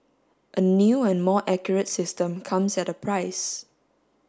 a new and more accurate system comes at a price